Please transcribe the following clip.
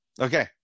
Okay